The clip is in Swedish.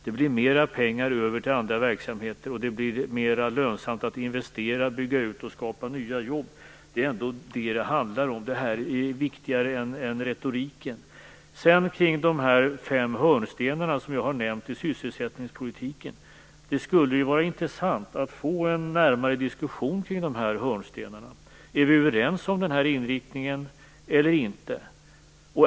Det blir mera pengar över till andra verksamheter. Det blir mera lönsamt att investera, bygga ut och skapa nya jobb. Det är ändå det som det handlar om. Det är viktigare än retoriken. Så till de fem hörnstenar i sysselsättningspolitiken som jag har nämnt. Det skulle vara intressant att få en närmare diskussion kring de hörnstenarna. Är vi överens om den här inriktningen eller inte?